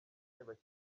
bashyira